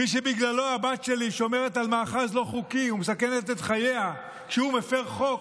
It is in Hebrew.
מי שבגללו הבת שלי שומרת על מאחז לא חוקי ומסכנת את חייה כשהוא מפר חוק,